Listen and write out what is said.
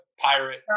pirate